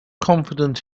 confident